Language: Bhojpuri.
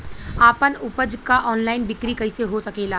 आपन उपज क ऑनलाइन बिक्री कइसे हो सकेला?